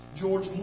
George